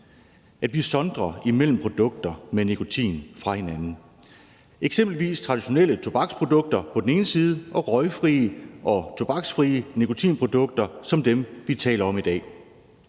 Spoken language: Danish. at vi sondrer mellem forskellige produkter med nikotin, eksempelvis traditionelle tobaksprodukter på den ene side og røgfri og tobaksfri nikotinprodukter som dem, vi taler om i dag,